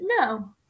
no